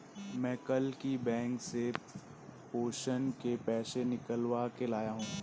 मैं कल ही बैंक से पेंशन के पैसे निकलवा के लाया हूँ